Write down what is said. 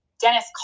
Dennis